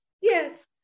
Yes